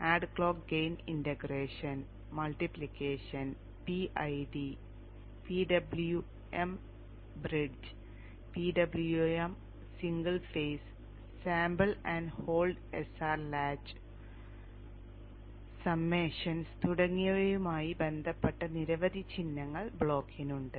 add clock gain integration multiplication PID PWM bridge PWM single phase sample and hold SR latch സമ്മേഷനുകൾ തുടങ്ങിയവയുമായി ബന്ധപ്പെട്ട നിരവധി ചിഹ്നങ്ങൾ ബ്ലോക്കിന് ഉണ്ട്